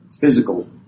Physical